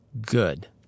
good